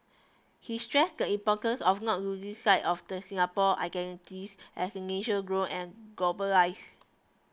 he stresses the importance of not losing sight of the Singapore identities as the nation grow and globalise